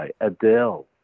Adele